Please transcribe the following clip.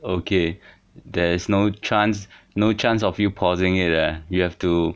okay there's no chance no chance of you pausing it eh you have to